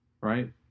Right